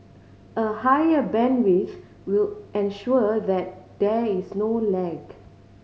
a higher bandwidth will ensure that there is no lag